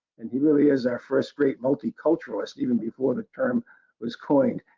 and he really is our first great multi-culturalist even before the term was coined.